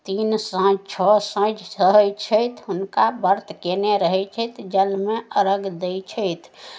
तीन साँझ छओ साँझ सहै छथि हुनका व्रत कयने रहै छथि जलमे अर्घ्य दै छथि